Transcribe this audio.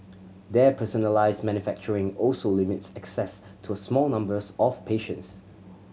their personalised manufacturing also limits access to a small numbers of patients